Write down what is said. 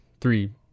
three